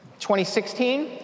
2016